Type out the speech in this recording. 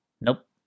Nope